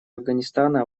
афганистана